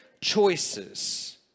choices